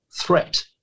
threat